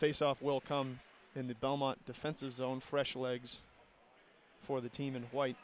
face off will come in the belmont defensive zone fresh legs for the team in white